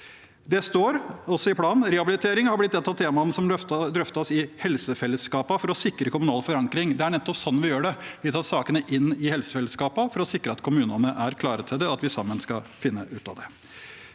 Rehabilitering har blitt et av temaene som drøftes i helsefellesskapene, for å sikre kommunal forankring. Det er nettopp sånn vi gjør det. Vi tar sakene inn i helsefellesskapene, for å sikre at kommunene er klare til det, og at vi sammen skal finne ut av det.